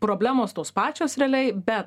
problemos tos pačios realiai bet